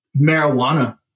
marijuana